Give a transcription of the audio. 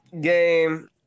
game